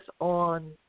on